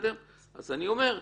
אני אומר,